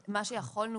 מה שיכולנו